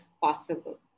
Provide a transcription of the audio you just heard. possible